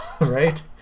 right